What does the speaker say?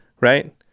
Right